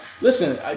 Listen